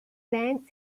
bank